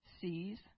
sees